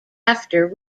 after